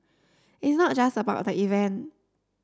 it's not just about the event